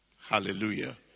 Hallelujah